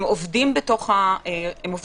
הם עובדים עם הרשויות,